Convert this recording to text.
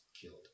killed